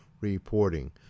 reporting